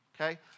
okay